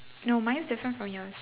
no mine is different from yours